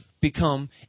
become